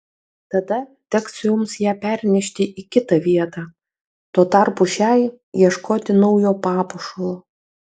tada teks jums ją pernešti į kitą vietą tuo tarpu šiai ieškoti naujo papuošalo